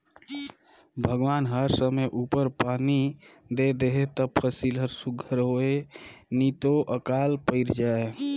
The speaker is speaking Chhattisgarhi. भगवान हर समे उपर पानी दे देहे ता फसिल हर सुग्घर होए नी तो अकाल पइर जाए